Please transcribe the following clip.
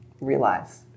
realize